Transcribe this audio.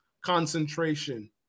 concentration